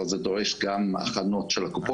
אבל זה גם דורש הכנות של הקופות,